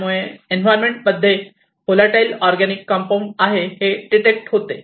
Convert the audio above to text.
त्यामुळे एन्व्हायरमेंट मध्ये volatile organic compound आहे हे डिटेक्ट होते